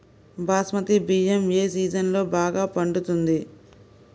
బాస్మతి బియ్యం ఏ సీజన్లో బాగా పండుతుంది?